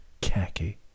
khaki